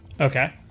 Okay